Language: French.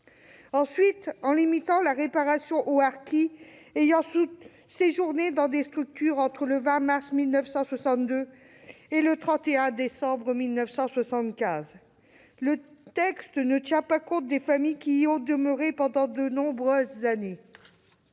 ailleurs, en limitant la réparation aux harkis ayant vécu dans des structures d'accueil entre le 20 mars 1962 et le 31 décembre 1975, le texte ne tient pas compte des familles qui y sont demeurées pendant de nombreuses années.